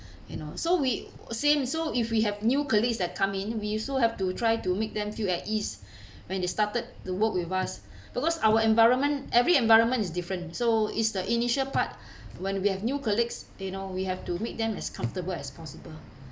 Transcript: so we same so if we have new colleagues that come in we also have to try to make them feel at ease when they started the work with us because our environment every environment is different so it's the initial part when we have new colleagues you know we have to make them as comfortable as possible